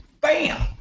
Bam